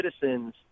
citizens